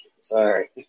Sorry